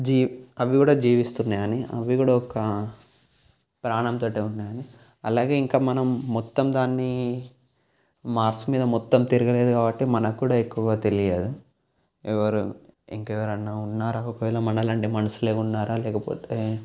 G అవి కూడా జీవిస్తున్నాయని అవి కూడా ఒక ప్రాణంతో ఉన్నాయని అలాగే ఇంకా మనం మొత్తం దాన్ని మార్స్ మీద మొత్తం తిరగలేదు కాబట్టి మనకు కూడా ఎక్కువగా తెలియదు ఎవరు ఇంకా ఎవరన్నా ఉన్నారా ఒకవేళ మనలాంటి మనుషులే ఉన్నారా లేకపోతే